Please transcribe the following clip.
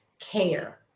care